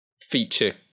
feature